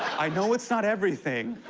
i know it's not everything,